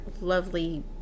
lovely